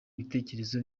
ibitekerezo